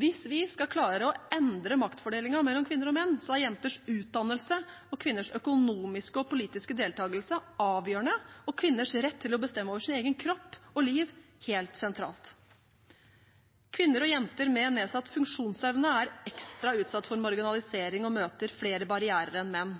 Hvis vi skal klare å endre maktfordelingen mellom kvinner og menn, er jenters utdannelse, kvinners økonomiske og politiske deltakelse avgjørende og kvinners rett til å bestemme over sin egen kropp og liv helt sentralt. Kvinner og jenter med nedsatt funksjonsevne er ekstra utsatt for marginalisering og møter flere barrierer enn menn.